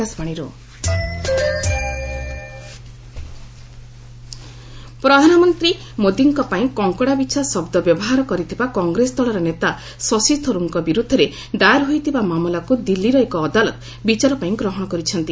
court Tharoor ପ୍ରଧାନମନ୍ତୀ ମୋଦିଙ୍କ ପାଇଁ କଙ୍କଡାବିଛା ଶବ୍ଦ ବ୍ୟବହାର କରିଥିବା କଂଗ୍ରେସ ଦଳର ନେତା ଶଶୀ ଥର୍ଚର୍ଙ୍କ ବିର୍ଦ୍ଧରେ ଦାଏର ହୋଇଥିବା ମାମଲାକୁ ଦିଲ୍ଲୀର ଏକ ଅଦାଲତ ବିଚାର ପାଇଁ ଗ୍ରହଣ କରିଛନ୍ତି